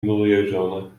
milieuzone